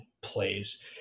plays